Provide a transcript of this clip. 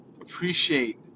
appreciate